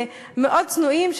מאוד צנועים,